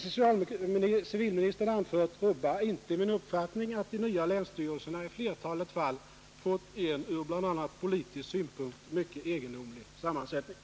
Vad civilministern anfört rubbar inte min uppfattning att de nya länsstyrelserna i flertalet fall fått en ur bl.a. politisk synpunkt mycket egendomlig sammansättning.